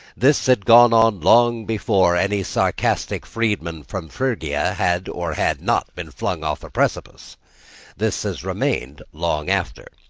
this had gone on long before any sarcastic freedman from phrygia had or had not been flung off a precipice this has remained long after.